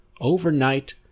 Overnight